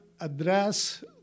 address